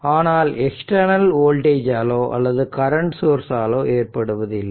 ஆனால் external voltage ஆலோ அல்லது கரண்ட் சோர்ஸ்சாலோ ஏற்படுவதில்லை